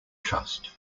trust